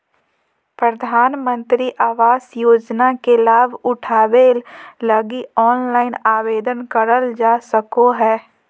प्रधानमंत्री आवास योजना के लाभ उठावे लगी ऑनलाइन आवेदन करल जा सको हय